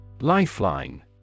Lifeline